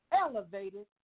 elevated